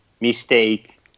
mistake